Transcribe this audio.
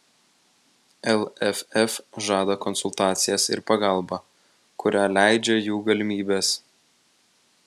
lff žada konsultacijas ir pagalbą kurią leidžia jų galimybės